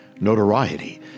Notoriety